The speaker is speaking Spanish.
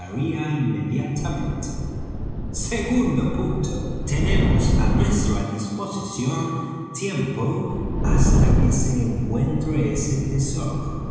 estallaría inmediatamente segundo punto tenemos á nuestra disposición tiempo hasta que se encuentre ese tesoro